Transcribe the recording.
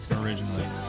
originally